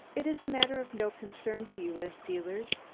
it is a matter of no concern to you, as dealers,